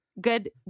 good